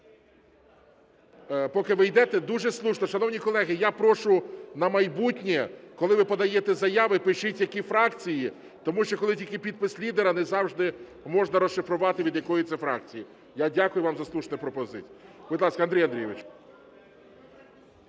Поки ви йдете, дуже слушно. Шановні колеги, я прошу на майбутнє, коли ви подаєте заяви, пишіть, які фракції. Тому що коли тільки підпис лідера, не завжди можна розшифрувати, від якої це фракції. Я дякую вам за слушну пропозицію. Будь ласка, Андрій Андрійович.